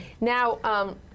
Now